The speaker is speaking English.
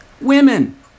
Women